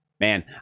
Man